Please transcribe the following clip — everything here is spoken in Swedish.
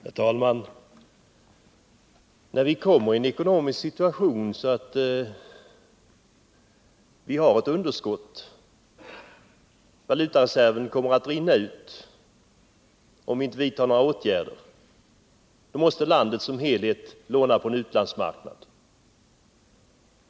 Herr talman! När vi kommit i en sådan ekonomisk situation att vi har ett underskott, att valutareserven kommer att rinna ut om vi inte vidtar några åtgärder, då måste landet som helhet låna på utlandsmarknaden.